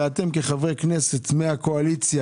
ואתם כחברי כנסת מהקואליציה,